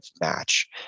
match